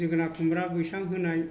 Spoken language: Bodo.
जोगोनार खुमब्रा बैसां होनाय